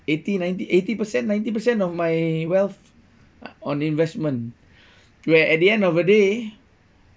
eighty ninety eighty percent ninety percent of my wealth on investment where at the end of the day